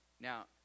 Now